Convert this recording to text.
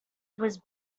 was